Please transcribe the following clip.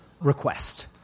request